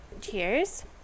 Cheers